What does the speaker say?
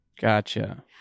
Gotcha